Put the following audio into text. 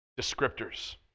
descriptors